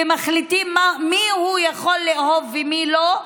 ומחליטים מי הוא יכול לאהוב ומי לא,